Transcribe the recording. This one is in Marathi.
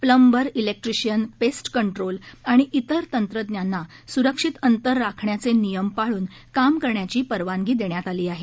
प्लंबर इलेक्ट्रिशिअन पेस्ट कंट्रोल आणि इतर तंत्रज्ञांना सुरक्षित अंतर राखण्याचे नियम पाळून काम करण्याची परवानगी देण्यात आली आहे